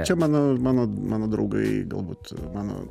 čia mano mano mano draugai galbūt mano